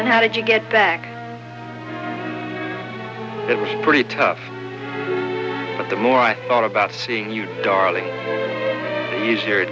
and how did you get back it was pretty tough but the more i thought about seeing you darling the easier